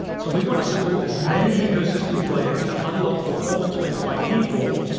so we want to support as many ecosystem players to unlock performance wins by default,